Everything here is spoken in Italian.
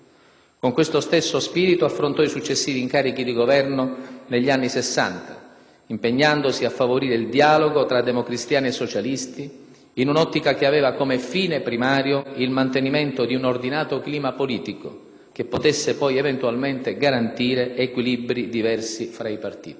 Con questo stesso spirito affrontò i successivi incarichi di Governo negli anni Sessanta, impegnandosi a favorire il dialogo tra democristiani e socialisti, in un'ottica che aveva come fine primario il mantenimento di un ordinato clima politico che potesse poi eventualmente garantire equilibri diversi fra i partiti.